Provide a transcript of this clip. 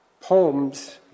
poems